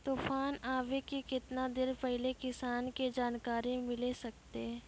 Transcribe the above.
तूफान आबय के केतना देर पहिले किसान के जानकारी मिले सकते?